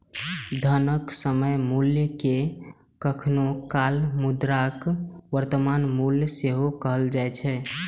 धनक समय मूल्य कें कखनो काल मुद्राक वर्तमान मूल्य सेहो कहल जाए छै